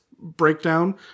Breakdown